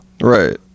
right